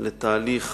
לתהליך